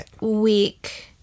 week